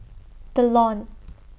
The Lawn